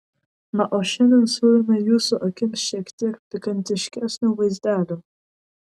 na o šiandien siūlome jūsų akims šiek tiek pikantiškesnių vaizdelių